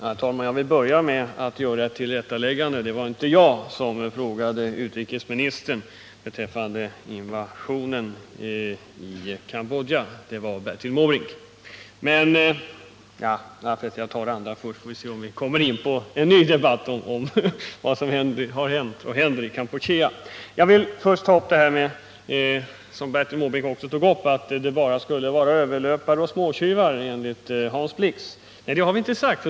Herr talman! Jag vill börja med att göra ett tillrättaläggande. Det var inte jag som frågade utrikesministern beträffande ”invasionen” i Kampuchea. Det var Bertil Måbrink. Jag vill först ta upp detta med att vi enligt Hans Blix skulle ha sagt att det bara är överlöpare och småtjuvar som lämnar Vietnam. Nej, det har vi inte sagt.